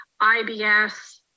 IBS